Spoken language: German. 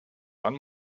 dann